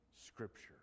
scripture